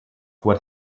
what